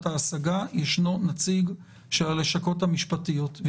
ההשגות ישנו נציג של הלשכות המשפטיות של המשרדים,